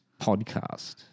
Podcast